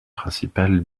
principal